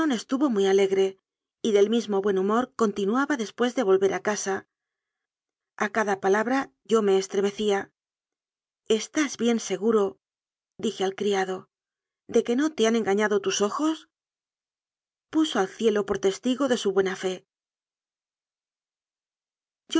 estuvo muy alegre y del mismo buen humor continuaba después de volver a casa a cada palabra yo me estremecía estás bien segurodije al criadode que no te han en gañado tus ojos puso al cielo por testigo de su buena fe